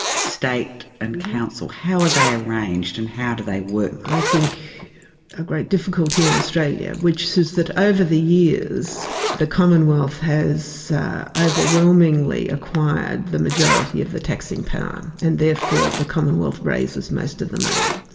state and council. how are they arranged and how do they work? i think a great difficulty in australia, which is that over the years the commonwealth has overwhelmingly acquired the majority of the taxing power, um and therefore the commonwealth raises most of the money.